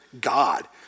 God